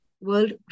world